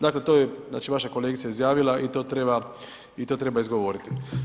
Dakle, to je znači vaša kolegica izjavila i to treba i to treba izgovoriti.